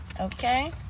Okay